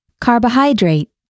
Carbohydrate